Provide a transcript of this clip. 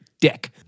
dick